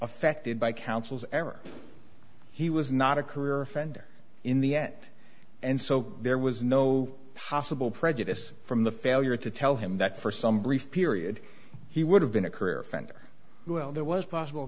affected by counsel's ever he was not a career offender in the end and so there was no hostile prejudice from the failure to tell him that for some brief period he would have been a career fender well there was possible